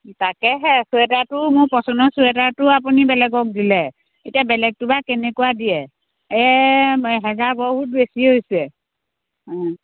তাকেহে ছুৱেটাৰটো মোৰ পচন্দৰ ছুৱেটাৰটো আপুনি বেলেগক দিলে এতিয়া বেলেগটো বা কেনেকুৱা দিয়ে এহেজাৰ বহুত বেছি হৈছে অঁ